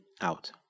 out